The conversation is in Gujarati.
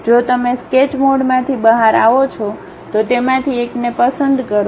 જો તમે સ્કેચ મોડમાંથી બહાર આવે છે તો તેમાંથી એકને પસંદ કરો